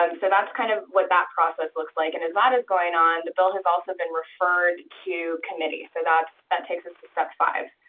um so that's kind of what that process looks like, and as that is going on, the bill has also been referred to committee, so that takes us to step five.